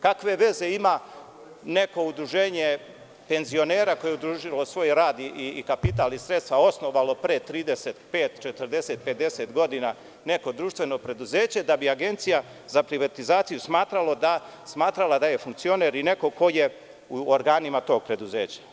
Kakve veze ima neko udruženje penzionera, koje je udružilo svoj rad i kapital, sredstva i osnovalo pre 35, 40, 50 godina neko društveno preduzeće, da bi Agencija za privatizaciju smatrala da je funkcioner neko ko je u organima tog preduzeća.